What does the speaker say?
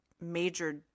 major